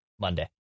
Monday